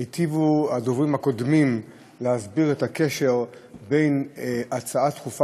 היטיבו הדוברים הקודמים להסביר את הקשר בין ההצעה הדחופה